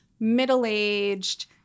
middle-aged